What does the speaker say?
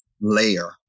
layer